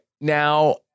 Now